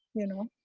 you know.